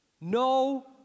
No